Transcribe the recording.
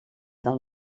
del